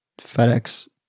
FedEx